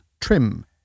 trim